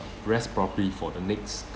rest properly for the next